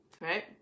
Right